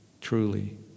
truly